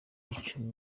icumi